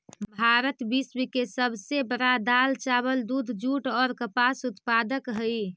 भारत विश्व के सब से बड़ा दाल, चावल, दूध, जुट और कपास उत्पादक हई